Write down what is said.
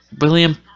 William